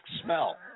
smell